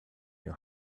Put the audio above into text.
your